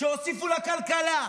שהוסיפו לכלכלה,